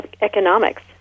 economics